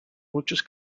muchos